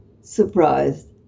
surprised